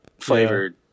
flavored